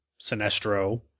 sinestro